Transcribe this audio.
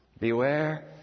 Beware